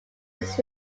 its